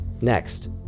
next